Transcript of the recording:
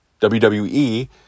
WWE